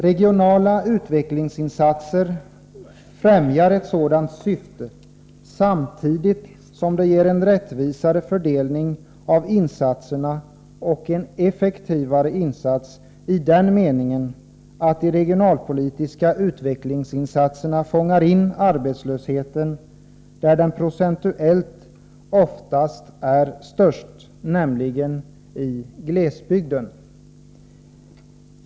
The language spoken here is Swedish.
Regionala utvecklingsinsatser främjar ett sådant syfte samtidigt som det ger en rättvisare fördelning av insatserna och en effektivare insats i den meningen att de regionalpolitiska utvecklingsinsatserna fångar in arbetslösheten där den procentuellt oftast är störst, nämligen i glesbygden.